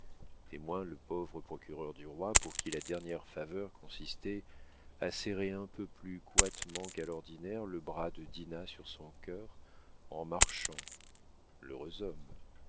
témoin le pauvre procureur du roi pour qui la dernière faveur consistait à serrer un peu plus coitement qu'à l'ordinaire le bras de dinah sur son cœur en marchant l'heureux homme